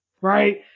right